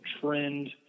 trend